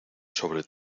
sobre